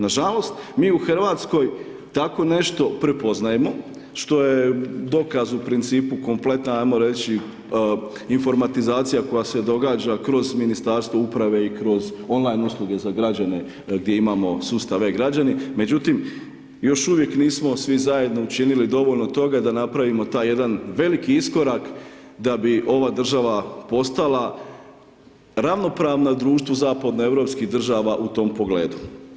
Nažalost, mi u Hrvatskoj tako nešto prepoznajemo što je dokaz u principu kompletne ajmo reći informatizacije koja se događa kroz Ministarstvo uprave i kroz online usluge za građane gdje imamo sustav E-građani međutim još uvijek nismo svi zajedno učinili dovoljno toga da napravimo taj jedan veliki iskorak da bi ova država postala ravnopravno društvo zapadnoeuropskih država u tom pogledu.